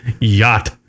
yacht